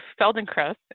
Feldenkrais